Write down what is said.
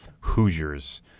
Hoosiers